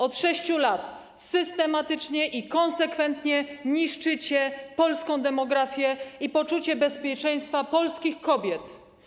Od 6 lat systematycznie i konsekwentnie niszczycie polską demografię i poczucie bezpieczeństwa polskich kobiet.